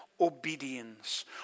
obedience